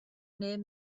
near